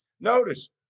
Notice